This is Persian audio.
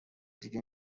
دیگه